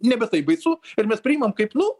nebe taip baisu ir mes priimam kaip nu